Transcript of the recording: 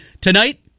Tonight